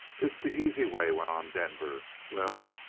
it's the easy way, went on denver. well,